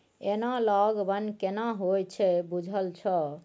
Analogue बन्न केना होए छै बुझल छौ?